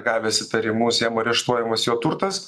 gavęs įtarimus jam areštuojamas jo turtas